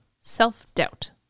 Self-doubt